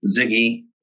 Ziggy